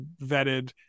vetted